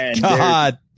God